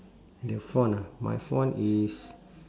the font ah my font is